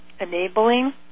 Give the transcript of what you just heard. enabling